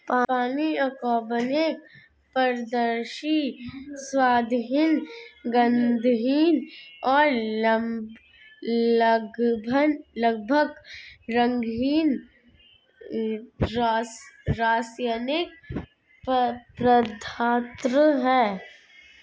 पानी अकार्बनिक, पारदर्शी, स्वादहीन, गंधहीन और लगभग रंगहीन रासायनिक पदार्थ है